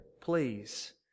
please